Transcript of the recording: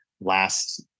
last